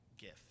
gift